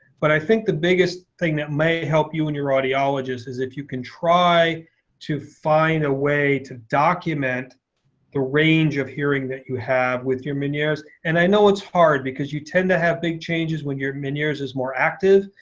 but i think the biggest thing that may help you and your audiologist is if you can try to find a way to document the range of hearing that you have with your meniere's. and i know it's hard. because you tend to have big changes when meniere's is more active.